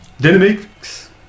Dynamics